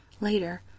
Later